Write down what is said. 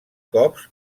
cops